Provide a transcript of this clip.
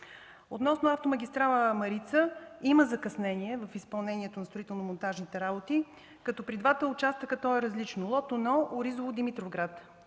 Относно автомагистрала „Марица” има закъснение при изпълнението на строително-монтажните работи. При двата участъка то е различно. За лот 1 – Оризово-Димитровград,